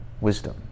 wisdom